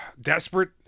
desperate